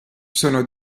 sono